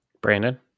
Brandon